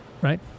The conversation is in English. right